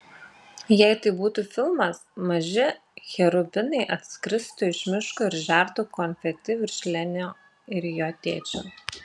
jei tai būtų filmas maži cherubinai atskristų iš miško ir žertų konfeti virš lenio ir jo tėčio